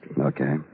Okay